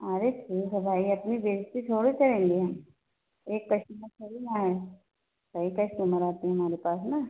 अरे ठीक है भाई अपनी बेइज़्ज़ती थोड़ी करेंगे हम एक कश्टमर थोड़ी ना है कई कश्टमर आते हैं हमारे पास ना